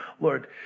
Lord